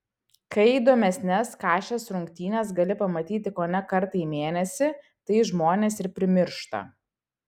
kai įdomesnes kašės rungtynes gali pamatyti kone kartą į mėnesį tai žmonės ir primiršta